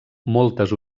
moltes